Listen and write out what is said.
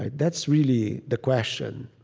that's really the question,